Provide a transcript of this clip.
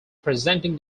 presenting